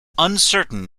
uncertain